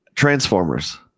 transformers